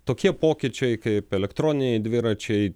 tokie pokyčiai kaip elektroniniai dviračiai